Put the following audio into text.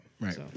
right